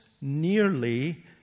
nearly